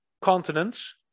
continents